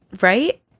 Right